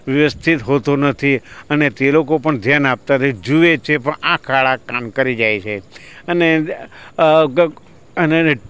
વ્યવસ્થિત હોતો નથી અને તે લોકો પણ ધ્યાન આપતા નથી જુએ છે પણ આંખ આડા કાન કરી જાય છે અને અને